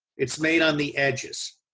it's made on the edges.